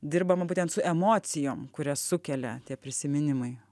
dirbama būtent su emocijom kurias sukelia prisiminimai